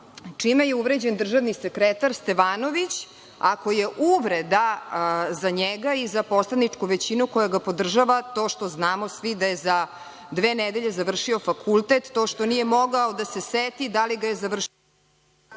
čime je uvređen državni sekretar Stevanović, ako je uvreda za njega i poslaničku većinu koja ga podržava to što znamo svi da je za dve nedelje završio fakultet, to što nije mogao da se seti da li ga je završio